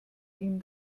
ihm